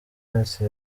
yose